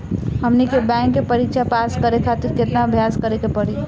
हमनी के बैंक के परीक्षा पास करे खातिर केतना अभ्यास करे के पड़ी?